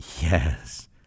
Yes